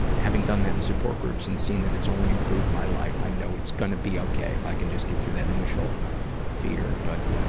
having done that in support groups and seen that it's only improved my life i know it's going to be okay if i can just get through that initial fear, but